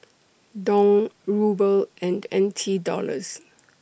Dong Ruble and N T Dollars